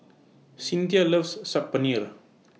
Cynthia loves Saag Paneer